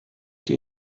die